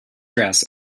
dress